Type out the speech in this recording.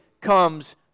comes